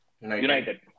United